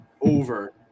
over